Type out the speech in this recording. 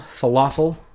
falafel